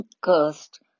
cursed